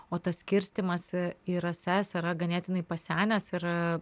o tas skirstymas į rases yra ganėtinai pasenęs ir